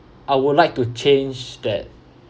I would like to change that